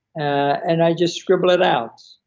and i just scribble it out.